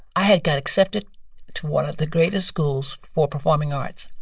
i had got accepted to one of the greatest schools for performing arts